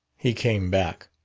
he came back.